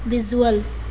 visual